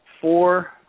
four